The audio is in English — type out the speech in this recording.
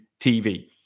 TV